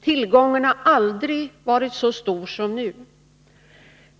Tillgången har aldrig varit så stor som nu.